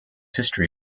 history